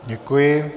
Děkuji.